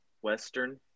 Western